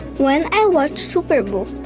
when i watched superbook,